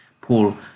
Paul